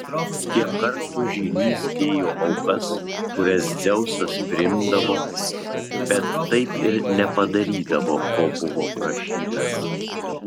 kiek kartų žynys dėjo aukas kurias dzeusas priimdavo bet taip ir nepadarydavo ko buvo prašytas